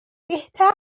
بهتر